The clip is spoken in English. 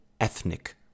ethnic